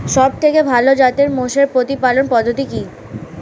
সবথেকে ভালো জাতের মোষের প্রতিপালন পদ্ধতি কি?